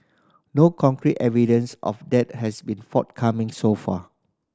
no concrete evidence of that has been forthcoming so far